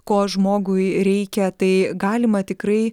ko žmogui reikia tai galima tikrai